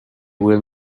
will